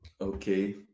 okay